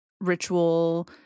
ritual